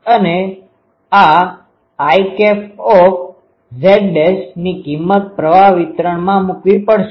અને આ Iz' ની કિંમત પ્રવાહ વિતરણમાં મુકવી પડશે